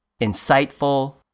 insightful